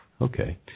Okay